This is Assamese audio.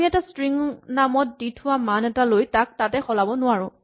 আমি এটা ষ্ট্ৰিং নামত দি থোৱা মান এটা লৈ তাক তাতে সলাব নোৱাৰো